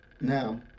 now